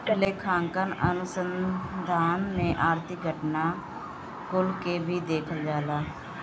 लेखांकन अनुसंधान में आर्थिक घटना कुल के भी देखल जाला